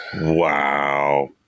Wow